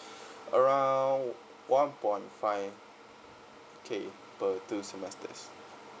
around one point five K per two semesters